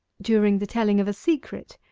during the telling of a secret,